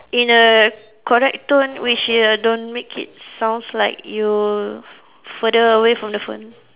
in a correct tone which you don't make it sounds like you further away from the phone